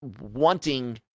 wanting